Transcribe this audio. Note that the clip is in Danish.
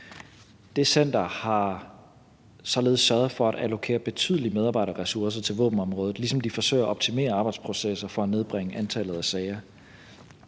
Det center har således sørget for at allokere betydelige medarbejderressourcer til våbenområdet, ligesom de forsøger at optimere arbejdsprocesser for at nedbringe antallet af sager.